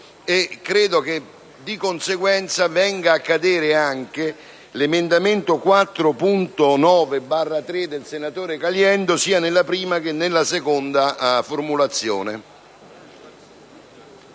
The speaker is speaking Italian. credo che, di conseguenza, venga a cadere anche l'emendamento 4.9/3 del senatore Caliendo, sia nella prima che nella seconda formulazione.